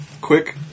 Quick